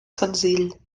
senzill